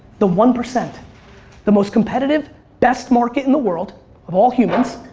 the one percent the most competitive best market in the world of all humans,